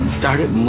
started